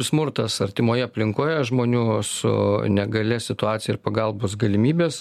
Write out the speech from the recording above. smurtas artimoje aplinkoje žmonių su negalia situacija ir pagalbos galimybės